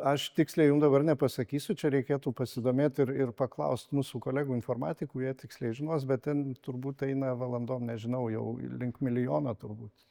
aš tiksliai jum dabar nepasakysiu čia reikėtų pasidomėt ir ir paklaust mūsų kolegų informatikų jie tiksliai žinos bet ten turbūt eina valandom nežinau jau link milijono turbūt